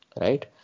right